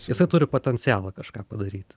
jisai turi potencialą kažką padaryti